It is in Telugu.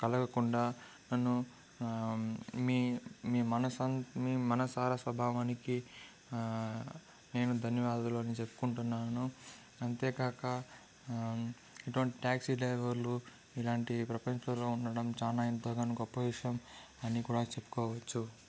కలగకుండా నన్ను మీ మనసు మనసార స్వభావానికి నేను ధన్యవాదాలు అని చెప్పుకుంటున్నాను అంతేకాక ఇటువంటి ట్యాక్సీ డ్రైవర్లు ఇలాంటి ప్రపంచంలో ఉండడం చానా ఎంతో గాని గొప్ప విషయం అని కూడా చెప్పుకోవచ్చు